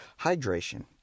hydration